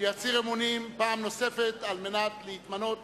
יצהיר אמונים פעם נוספת כדי להתמנות